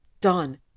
done